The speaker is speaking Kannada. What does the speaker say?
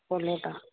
ಫುಲ್ ಊಟ